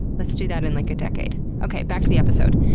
let's do that in like a decade. okay, back to the episode.